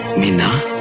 meena.